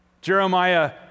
Jeremiah